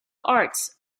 arts